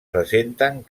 presenten